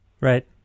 Right